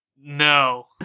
No